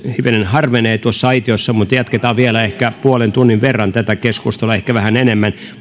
hivenen harvenevat tuossa aitiossa mutta jatketaan vielä ehkä puolen tunnin verran tätä keskustelua ehkä vähän enemmän